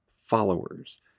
followers